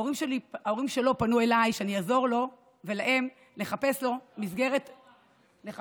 ההורים שלו פנו אליי שאעזור לו ולהם לחפש לו מסגרת המשך,